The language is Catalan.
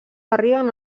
arriben